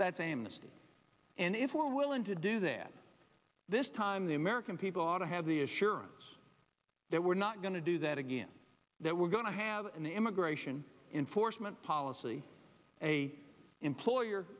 mistake and if we're willing to do that this time the american people ought to have the assurance that we're not going to do that again that we're going to have an immigration enforcement policy a employer